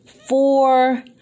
four